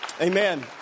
Amen